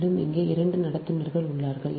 மேலும் இங்கு 2 கண்டக்டர்கள் உள்ளனர்